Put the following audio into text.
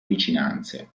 vicinanze